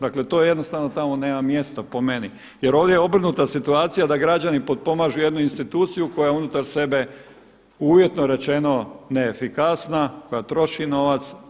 Dakle, to jednostavno tamo nema mjesta po meni jer ovdje je obrnuta situacija da građani potpomažu jednu instituciju koja je unutar sebe uvjetno rečeno neefikasna, koja troši novac.